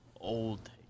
Old